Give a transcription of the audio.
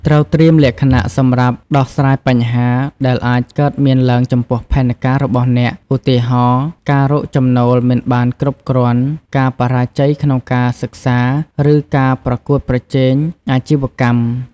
ត្រូវត្រៀមលក្ខណៈសម្រាប់ដោះស្រាយបញ្ហា ដែលអាចកើតមានឡើងចំពោះផែនការរបស់អ្នក ឧទាហរណ៍ ការរកចំណូលមិនបានគ្រប់គ្រាន់ ការបរាជ័យក្នុងការសិក្សា ឬការប្រកួតប្រជែងអាជីវកម្ម។